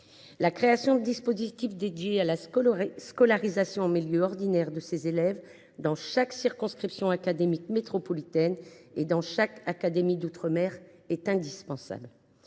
La création de dispositifs dédiés à la scolarisation de ces élèves en milieu ordinaire dans chaque circonscription académique métropolitaine et dans chaque académie d’outre mer est indispensable.